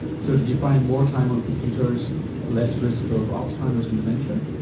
so did you find more time on computers less risk of alzheimer's and dementia?